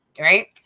right